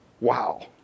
Wow